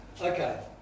Okay